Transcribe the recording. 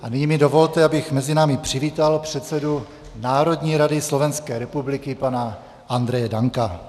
A nyní mi dovolte, abych mezi námi přivítal předsedu Národní rady Slovenské republiky, pana Andreje Danka.